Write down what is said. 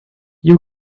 you